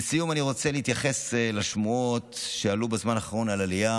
לסיום אני רוצה להתייחס לשמועות שעלו בזמן האחרון על עלייה